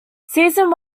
season